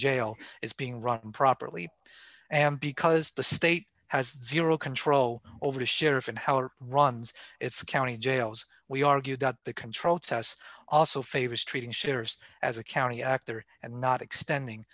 jail is being run properly and because the state has zero control over the sheriff and how our runs its county jails we argue that the controlled house also favors treating shearers as a county actor and not extending